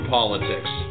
Politics